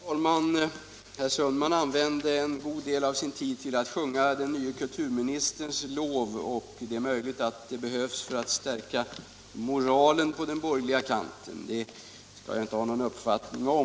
Herr talman! Herr Sundman använde en god del av sin tid till att sjunga den nye kulturministerns lov, och det är möjligt att det behövs för att stärka moralen på den borgerliga kanten; det skall jag inte ha någon uppfattning om.